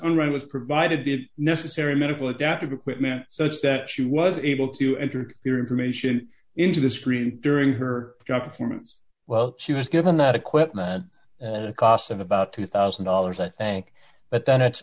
right was provided the necessary medical adaptive equipment such that she was able to enter clear information into the screen during her job performance while she was given that equipment costs of about two thousand dollars i think but then it